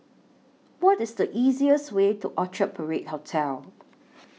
What IS The easiest Way to Orchard Parade Hotel